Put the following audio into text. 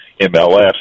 MLS